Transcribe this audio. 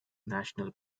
national